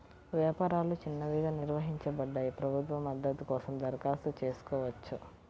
వ్యాపారాలు చిన్నవిగా నిర్వచించబడ్డాయి, ప్రభుత్వ మద్దతు కోసం దరఖాస్తు చేసుకోవచ్చు